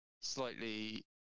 slightly